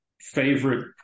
favorite